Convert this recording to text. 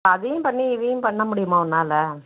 அதையும் பண்ணி இதையும் பண்ண முடியுமா உன்னால்